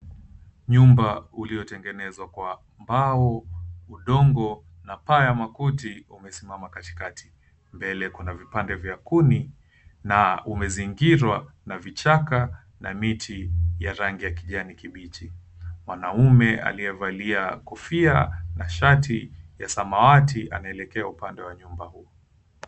Nyumba uliotengenezwa kwa mbao, udongo na paa ya makuti umesimama katikati. Mbele kuna vipande vya kuni na umezingirwa na vichaka na miti ya rangi ya kijani kibichi. Mwanaume aliyevalia kofia na shati ya samawati anaelekea upande wa nyumba hio.